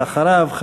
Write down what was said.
ואחריו,